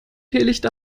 teelicht